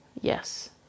Yes